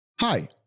hi